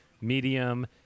medium